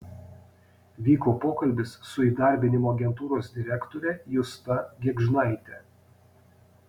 vyko pokalbis su įdarbinimo agentūros direktore justa gėgžnaite